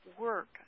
Work